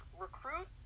Recruit